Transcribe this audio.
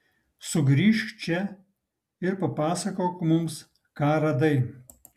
sugrįžk čia ir papasakok mums ką radai